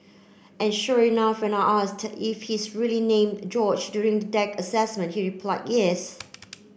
and sure enough when I asked if he's really named George during the deck assessment he replied yes